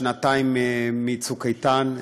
שנתיים מצוק איתן,